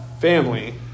family